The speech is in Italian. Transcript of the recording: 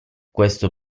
questo